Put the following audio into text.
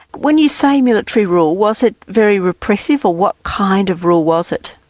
when you say military rule, was it very repressive, or what kind of rule was it?